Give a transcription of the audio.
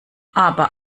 aber